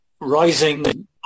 rising